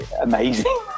amazing